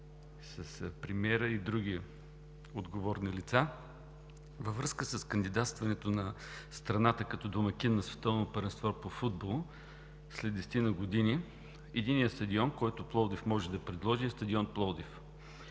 с премиера и други отговорни лица във връзка с кандидатстването на страната като домакин на Световното първенство по футбол след десетина години единият стадион, който Пловдив може да предложи, е стадион „Пловдив“.